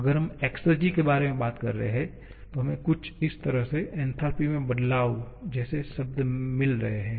अगर हम एक्सेरजी के बारे में बात कर रहे हैं तो हमें कुछ इस तरह से एन्थालपी में बदलाव जैसे शब्द मिल रहे हैं